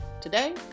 today